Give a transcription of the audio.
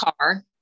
car